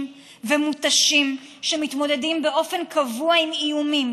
ומותשים שמתמודדים באופן קבוע עם איומים,